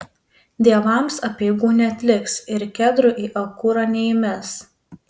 dievams apeigų neatliks ir kedrų į aukurą neįmes